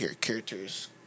characters